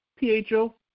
PHO